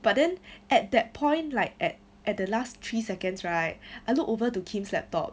but then at that point like at at the last three seconds right I look over to kim's laptop